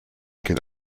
can